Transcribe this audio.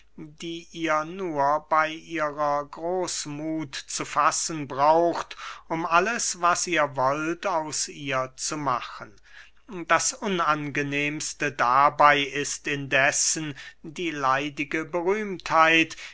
die ihr nur bey ihrer großmuth zu fassen braucht um alles was ihr wollt aus ihr zu machen das unangenehmste dabey ist indessen die leidige berühmtheit